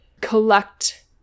collect